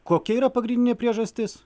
kokia yra pagrindinė priežastis